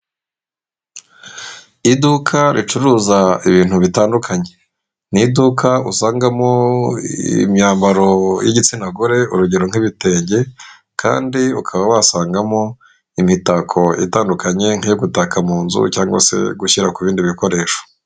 Iduka ricuruza ibintu bitandukanye, ni iduka usangamo imyambaro y'igitsina gore urugero nk'ibitenge, kandi ukaba wasangamo imitako itandukanye nk'iyo gutaka mu nzu cyangwa se gushyira ku bindi bikoresho.